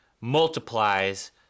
multiplies